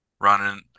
running